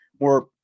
more